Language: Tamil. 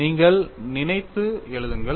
நீங்கள் நினைத்து எழுதுங்கள்